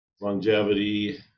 longevity